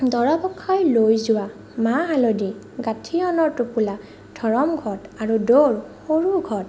দৰা পক্ষই লৈ যোৱা মাহ হালধি গাঁঠিয়নৰ টোপোলা ধৰমঘট আৰু দৌল সৰুঘট